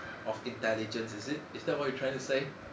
of intelligence is it is that what you trying to say